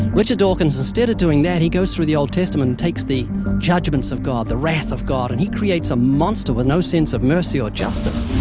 richard dawkins, instead of doing that, he goes through the old testament and takes the judgments of god, the wrath of god, and he creates a monster with no sense of mercy or justice.